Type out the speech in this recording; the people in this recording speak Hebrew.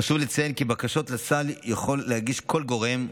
חשוב לציין כי בקשות לסל יכול להגיש כל גורם,